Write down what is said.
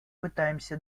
пытаемся